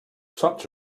such